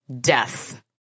death